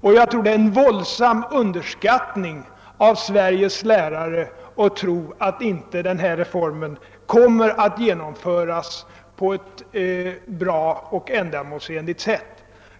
Jag tror att det är en våldsam underskattning av Sveriges lärare att tro att denna reform inte kommer att genomföras på ett bra och ändamålsenligt sätt.